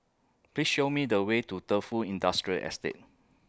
Please Show Me The Way to Defu Industrial Estate